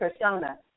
persona